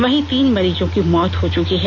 वहीं तीन मरीजों की मौत हो च्रकी है